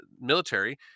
military